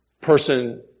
person